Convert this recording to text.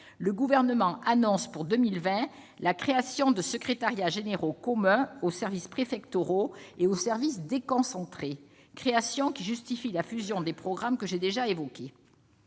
le Gouvernement annonce, pour 2020, la création de secrétariats généraux communs aux services préfectoraux et aux services déconcentrés, création qui justifie la fusion des programmes que j'ai déjà évoquée.